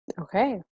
okay